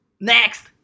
Next